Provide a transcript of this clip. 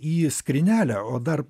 į skrynelę o dar